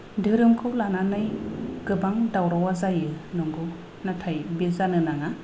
धोरोमखौ लानानै गोबां दावरावा जायो नंगौ नाथाय बे जानो नाङा